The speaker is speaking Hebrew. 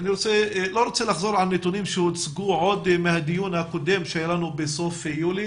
אני לא רוצה לחזור על נתונים שהוצגו בדיון הקודם בסוף יולי,